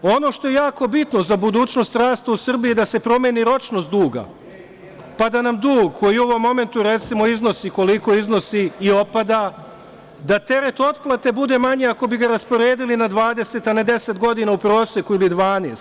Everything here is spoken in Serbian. Ono što je jako bitno za budućnost rasta u Srbiji je da se promeni ročnost duga, pa da nam dug, koji u ovom momentu, recimo, iznosi koliko iznosi i opada, da teret otplate bude manji ako bi ga rasporedili na 20, a ne 10 godina u proseku ili 12.